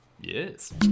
Yes